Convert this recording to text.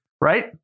Right